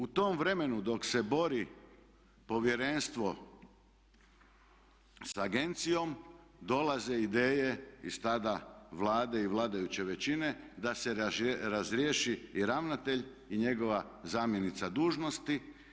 U tom vremenu dok se bori povjerenstvo sa agencijom dolaze ideje iz tada Vlade i vladajuće većine da se razriješi i ravnatelj i njegova zamjenica dužnosti.